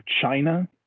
China